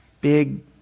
big